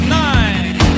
nine